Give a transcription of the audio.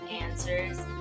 answers